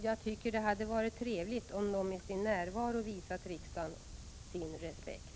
Jag tycker det hade varit trevligt om de med sin närvaro visat riksdagen sin respekt.